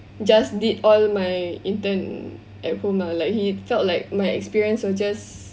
just did all my intern at home ah like he felt like my experience was just